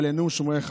אל ינום שמרך.